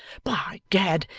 by gad,